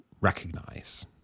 recognize